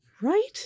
Right